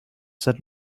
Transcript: said